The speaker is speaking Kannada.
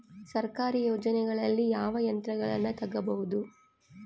ಸರ್ಕಾರಿ ಯೋಜನೆಗಳಲ್ಲಿ ಯಾವ ಯಂತ್ರಗಳನ್ನ ತಗಬಹುದು?